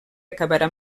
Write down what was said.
acabarà